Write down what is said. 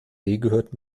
gehört